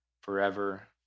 forever